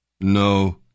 No